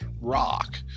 rock